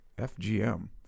FGM